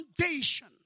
foundation